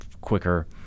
quicker